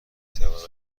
توانم